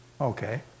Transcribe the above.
Okay